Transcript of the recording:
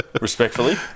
Respectfully